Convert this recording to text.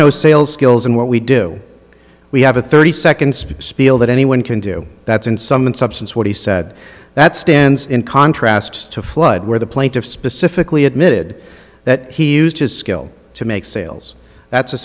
no sales skills in what we do we have a thirty second spot spiel that anyone can do that's in sum and substance what he said that stands in contrast to flood where the plaintiff specifically admitted that he used his skill to make sales that's a